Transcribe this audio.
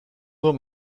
nur